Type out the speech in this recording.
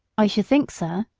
i should think, sir,